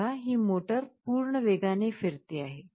बघा ही मोटर पूर्ण वेगाने फिरते आहे